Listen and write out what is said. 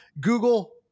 Google